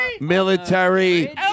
military